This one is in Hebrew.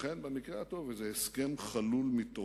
ייתכן שבמקרה הטוב, איזה הסכם חלול מתוכן,